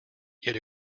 yet